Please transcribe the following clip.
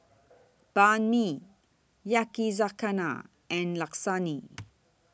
Banh MI Yakizakana and Lasagne